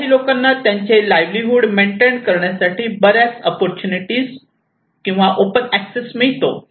काही लोकांना त्यांचे लाईव्हलीहूड मेण्टेन करण्यासाठी बऱ्याच अपॉर्च्युनिटी ओपन एक्सेस मिळतो